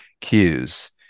cues